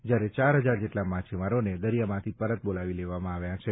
જ્યારે ચાર હજાર જેટલા માછીમારોને દરિયામાંથી પર બોલાવી લેવાયા છે